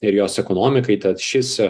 ir jos ekonomikai tad šis